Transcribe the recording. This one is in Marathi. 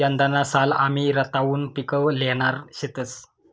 यंदाना साल आमी रताउनं पिक ल्हेणार शेतंस